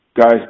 Guys